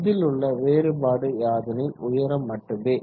இதில் உள்ள வேறுபாடு யாதெனில் உயரம் மட்டுமே